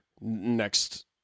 next